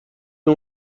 اون